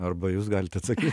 arba jūs galit atsakyti